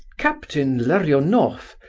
captain larionoff,